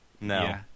No